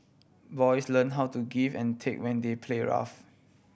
boys learn how to give and take when they play rough